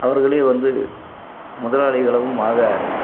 அவர்களே வந்து முதலாளிகளாவும் ஆக